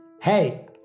Hey